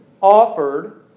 offered